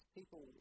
people